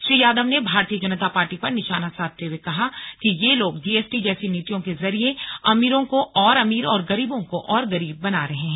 श्री यादव ने भारतीय जनता पार्टी पर निशाना साधते हुए कहा कि ये लोग जीएसटी जैसी नीतियों के जरिए अमीरों को और अमीर और गरीबों को और गरीब बना रहे हैं